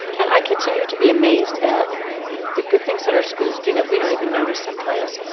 and i continue to be amazed at the good things that our schools do that we don't even notice sometimes.